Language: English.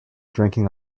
drinking